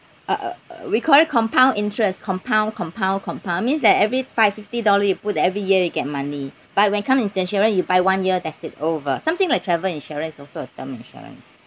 uh we call it compound interest compound compound compound means that every five fifty dollar you put every year they get money but when come term insurance you buy one year that's it over something like travel insurance also the term insurance